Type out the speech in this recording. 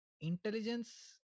intelligence